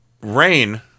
rain